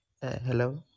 Hello